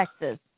Texas